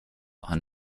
are